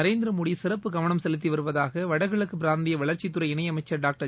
நரேந்திரமோடி சிறப்பு கவனம் செலுத்தி வருவதாக வடகிழக்கு பிராந்திய வளர்ச்சி துறை இணையமைச்ச் டாக்டர்